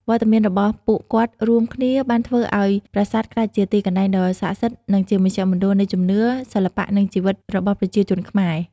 វត្តមានរបស់ពួកគាត់រួមគ្នាបានធ្វើឱ្យប្រាសាទក្លាយជាទីកន្លែងដ៏ស័ក្តិសិទ្ធិ និងជាមជ្ឈមណ្ឌលនៃជំនឿ សិល្បៈ និងជីវិតរបស់ប្រជាជនខ្មែរ។